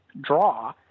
draw